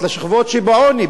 לשכבות שבעוני,